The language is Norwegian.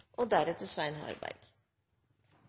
og deretter